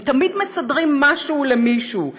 הם תמיד מסדרים משהו למישהו,